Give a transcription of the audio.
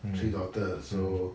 mmhmm mmhmm